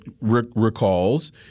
recalls